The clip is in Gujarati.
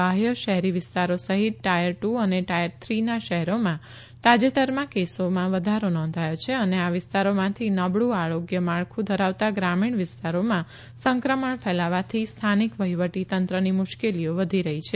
બ્રાહ્ય શહેરી વિસ્તારો સહિત ટાયર ટૂ અને થ્રી ના શહેરોમાં તાજેતરમાં કેસોમાં વધારો નોંધાયો છે અને આ વિસ્તારોમાંથી નબળું આરોગ્ય માળખું ધરાવતા ગ્રામીણ વિસ્તારોમાં સંક્રમણ ફેલાવાથી સ્થાનિક વહીવટીતંત્રની મુશ્કેલીઓ વધી રહી છે